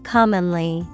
Commonly